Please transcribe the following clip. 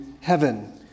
heaven